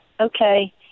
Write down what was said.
Okay